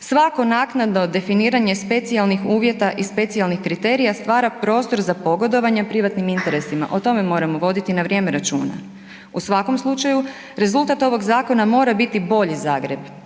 Svako naknadno definiranje specijalnih uvjeta i specijalnih kriterija stvara prostor za pogodovanje privatnim interesima. O tome moramo voditi na vrijeme računa. U svakom slučaju rezultat ovog zakona mora biti bolji Zagreb,